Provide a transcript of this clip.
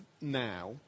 now